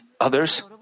others